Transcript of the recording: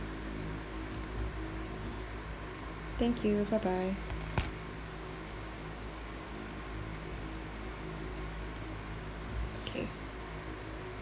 thank you bye bye okay